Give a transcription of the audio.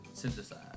synthesize